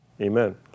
Amen